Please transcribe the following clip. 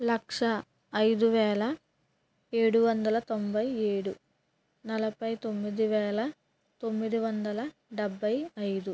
లక్ష ఐదు వేల ఏడు వందల తొంభై ఏడు నలభై తొమ్మిది వేల తొమ్మిది వందల డెభై ఐదు